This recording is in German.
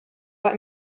war